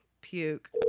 puke